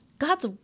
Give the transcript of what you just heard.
God's